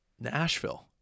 Nashville